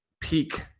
peak